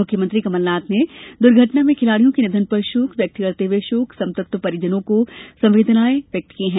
मुख्यमंत्री कमलनाथ ने द्र्घटना में खिलाड़ियों के निधन पर शोक व्यक्त करते हुए शोक संतप्त परिजनों के प्रति संवेदनाएं व्यक्त की हैं